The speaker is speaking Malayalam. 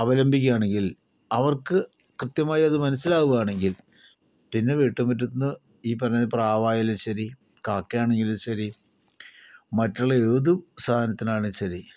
അവലംബിക്കുകയാണെങ്കിൽ അവർക്ക് കൃത്യമായത് മനസ്സിലാവുകയാണെങ്കിൽ പിന്നെ വീട്ടുമുറ്റത്ത്ന്ന് ഈ പറഞ്ഞ പ്രാവാണെങ്കിലും ശരി കാക്കയാണെങ്കിലും ശരി മറ്റുള്ള ഏത് സാധനത്തിനാണെങ്കിലും ശരി